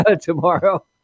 tomorrow